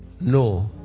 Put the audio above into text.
No